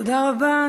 תודה רבה.